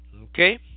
Okay